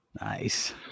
Nice